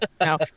No